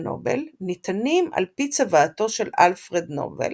נובל ניתנים על פי צוואתו של אלפרד נובל,